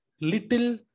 little